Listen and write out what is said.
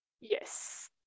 Yes